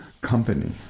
company